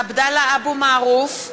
עבדאללה אבו מערוף,